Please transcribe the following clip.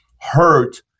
hurt